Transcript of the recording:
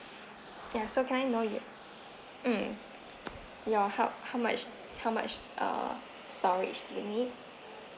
ya so can I know your hmm your how how much how much uh storage do you need